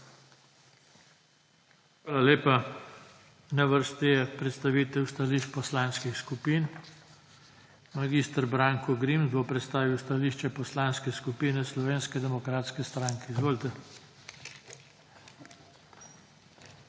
Hvala lepa. Na vrsti je predstavitev stališč poslanskih skupin. Mag. Branko Grims bo predstavil stališče Poslanske skupine Slovenske demokratske stranke. Izvolite.